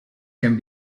can